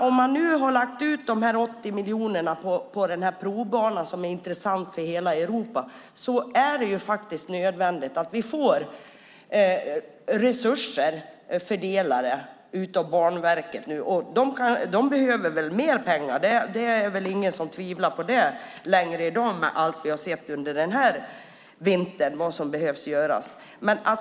Om man nu har lagt ut 80 miljoner på den här provbanan, som är intressant för hela Europa, är det nödvändigt att vi får resurser fördelade av Banverket. Att de behöver mer pengar är det väl ingen som tvivlar på längre, efter allt vi har sett denna vinter som behöver göras.